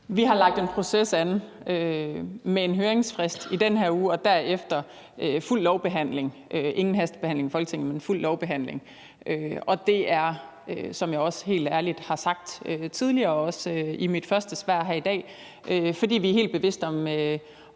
Vi har lagt en proces an med en høringsfrist i den her uge, og derefter er der en fuld lovbehandling – der er ingen hastebehandling, men en fuld lovbehandling – og det er, som jeg også helt ærligt har sagt tidligere og også i mit første svar her i dag, fordi vi er helt bevidste om